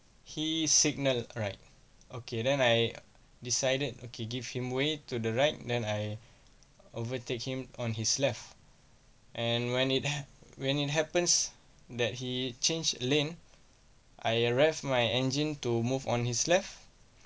he signal right okay then I decided okay give him way to the right then I overtake him on his left and when it when it happens that he change lane I arise my engine to move on his left